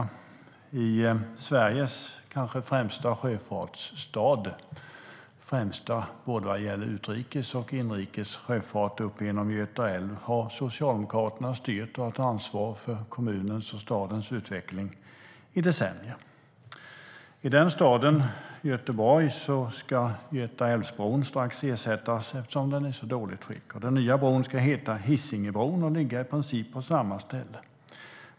I Sveriges kanske främsta sjöfartsstad, vad gäller både utrikes och inrikes sjöfart upp genom Göta älv, har Socialdemokraterna styrt och tagit ansvar för kommunens och stadens utveckling i decennier. I den staden - Göteborg - ska Götaälvbron snart ersättas eftersom den är i så dåligt skick. Den nya bron ska heta Hisingebron och ligga på i princip samma ställe.